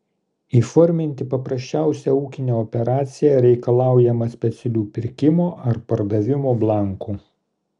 įforminti paprasčiausią ūkinę operaciją reikalaujama specialių pirkimo ar pardavimo blankų